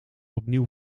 opnieuw